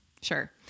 Sure